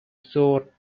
sore